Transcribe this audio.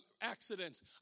accidents